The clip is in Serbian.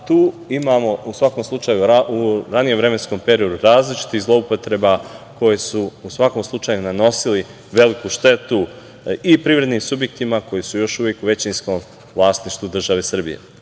tu imamo u svakom slučaju u ranijem vremenskom periodu različitih zloupotreba koje su u svakom slučaju nanosili veliku štetu i privrednim subjektima koji su još uvek u većinskom vlasništvu države Srbije.